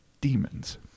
demons